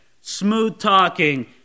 smooth-talking